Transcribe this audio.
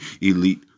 elite